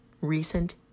recent